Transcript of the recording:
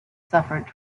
suffered